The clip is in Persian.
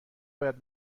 باید